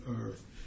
earth